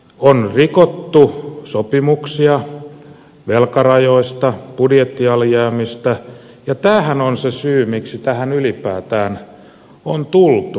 on rikottu sopimuksia velkarajoista budjettialijäämistä ja tämähän on se syy miksi tähän ylipäätään on tultu